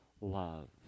love